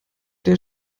der